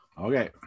Okay